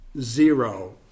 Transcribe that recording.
zero